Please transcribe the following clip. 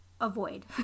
avoid